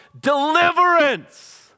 deliverance